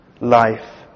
Life